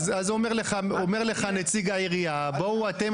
אז אומר לך נציג העירייה בואו אתם,